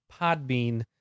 Podbean